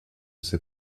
ses